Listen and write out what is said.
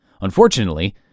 Unfortunately